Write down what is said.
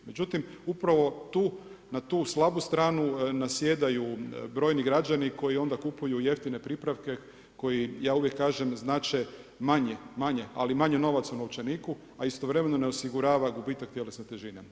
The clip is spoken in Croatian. Međutim, upravo na tu, na tu slabu stranu nasjedaju brojni građani koji kupuju jeftine pripravke koji uvijek znače manje, ali manje novaca u novčaniku a istovremeno ne osigurava gubitak tjelesne težine.